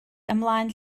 ymlaen